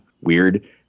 weird